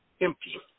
empty